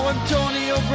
Antonio